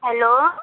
hello